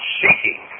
seeking